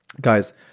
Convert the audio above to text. Guys